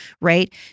right